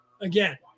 Again